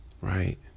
Right